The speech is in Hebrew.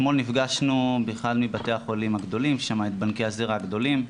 אתמול נפגשנו באחד מבתי הגדולים שיש שם את בנקי הזרע הגדולים,